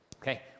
Okay